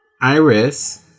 iris